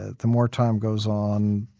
ah the more time goes on,